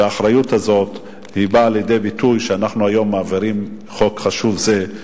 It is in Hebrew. והאחריות הזאת באה לידי ביטוי בכך שאנחנו מעבירים היום חוק חשוב זה.